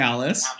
Alice